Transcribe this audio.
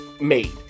made